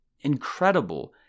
Incredible